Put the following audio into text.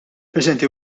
preżenti